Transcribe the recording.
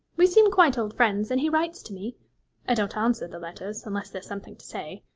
we seem quite old friends, and he writes to me i don't answer the letters, unless there's something to say.